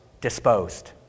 disposed